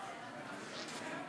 תוצאות